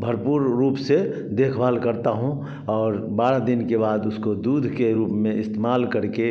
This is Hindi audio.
भरपूर रूप से देखभाल करता हूँ और बारह दिन के बाद उसको दूध के रूप में इस्तेमाल करके